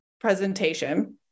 presentation